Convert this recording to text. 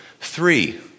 three